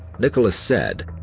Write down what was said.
nicholas said,